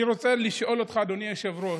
אני רוצה לשאול אותך, אדוני היושב-ראש,